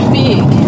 big